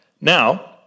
Now